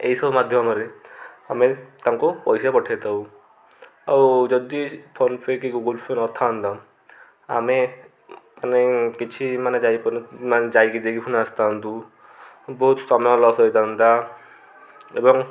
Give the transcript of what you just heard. ଏଇସବୁ ମାଧ୍ୟମରେ ଆମେ ତାଙ୍କୁ ପଇସା ପଠେଇ ଥାଉ ଆଉ ଯଦି ଫୋନପେ କି ଗୁଗୁଲପେ ନଥାନ୍ତା ଆମେ ମାନେ କିଛି ମାନେ ଯାଇପାରୁନ ମାନେ ଯାଇକି ଦେଇକି ଫୁଣି ଆସିଥାନ୍ତୁ ବହୁତ ସମୟ ଲସ୍ ହୋଇଥାନ୍ତା ଏବଂ